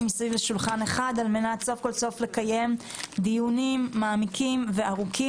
סביב לשולחן אחד על מנת סוף כל סוף לקיים דיונים מעמיקים וארוכים.